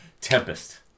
Tempest